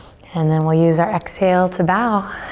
and then we'll use our exhale to bow.